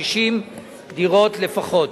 50 דירות לפחות.